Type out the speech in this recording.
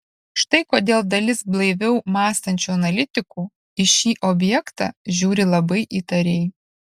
štai kodėl dalis blaiviau mąstančių analitikų į šį objektą žiūri labai įtariai